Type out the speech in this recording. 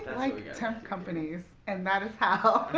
and like temp companies, and that is how.